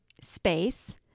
space